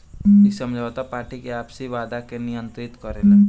इ समझौता पार्टी के आपसी वादा के नियंत्रित करेला